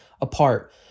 apart